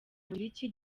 bugiriki